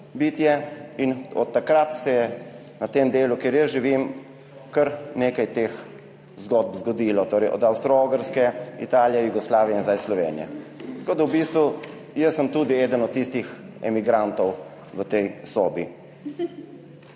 bitje in od takrat se je na tem delu, kjer jaz živim, kar nekaj teh zgodb zgodilo. Torej, od Avstro-Ogrske, Italije, Jugoslavije in sedaj Slovenije. Tako da v bistvu jaz sem tudi eden od tistih emigrantov v tej sobi.